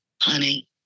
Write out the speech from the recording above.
honey